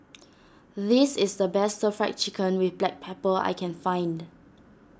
this is the best Stir Fry Chicken with Black Pepper I can find